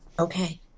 Okay